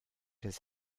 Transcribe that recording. his